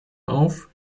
auf